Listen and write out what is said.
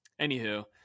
anywho